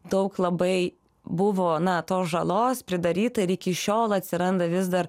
daug labai buvo na tos žalos pridaryta ir iki šiol atsiranda vis dar